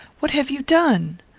what have you done?